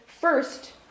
first